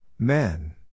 Men